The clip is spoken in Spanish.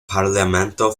parlamento